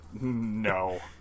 No